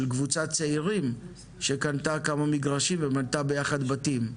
של קבוצת צעירים שקנתה כמה מגרשים ובנתה ביחד בתים.